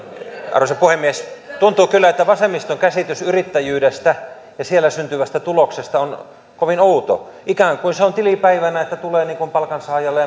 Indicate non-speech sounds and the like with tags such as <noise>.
arvoisa puhemies tuntuu kyllä että vasemmiston käsitys yrittäjyydestä ja siellä syntyvästä tuloksesta on kovin outo ikään kuin tilipäivänä tulee palkansaajalle <unintelligible>